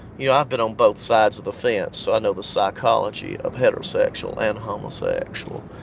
you know, i've been on both sides of the fence, so i know the psychology of heterosexual and homosexual.